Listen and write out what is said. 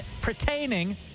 pertaining